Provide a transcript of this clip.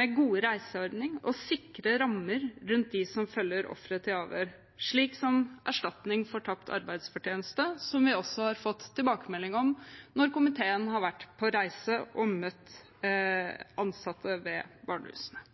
med gode reiseordninger og sikre rammer rundt dem som følger ofre til avhør, slik som erstatning for tapt arbeidsfortjeneste, som vi også har fått tilbakemelding om når komiteen har vært på reise og møtt ansatte ved barnehusene.